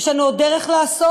יש לנו עוד דרך לעשות,